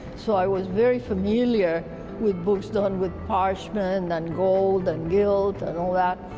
so i was very familiar with books done with parchment, and and gold, and gild, and all that.